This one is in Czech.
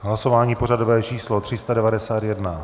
Hlasování pořadové číslo 391.